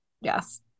Yes